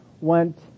went